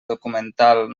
documental